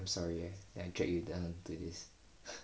I'm sorry eh I drag you down to this